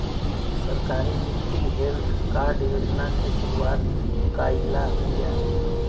सरकार मिट्टी health card योजना के शुरूआत काइले बिआ